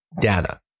data